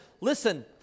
listen